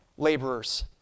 Laborers